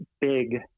big